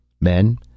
Men